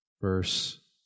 verse